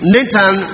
Nathan